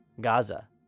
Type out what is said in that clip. Gaza